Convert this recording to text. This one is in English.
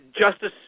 Justice